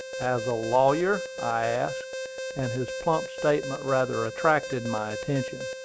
as a lawyer? i asked and his plump statement rather attracted my attention.